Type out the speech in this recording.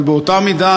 אבל באותה מידה,